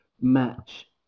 match